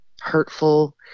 hurtful